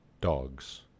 dogs